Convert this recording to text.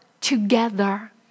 together